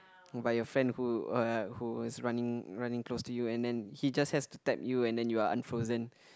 by your friend who uh who is running running close to you and then he just has to tap you and then you are unfrozen